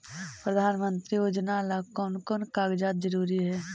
प्रधानमंत्री योजना ला कोन कोन कागजात जरूरी है?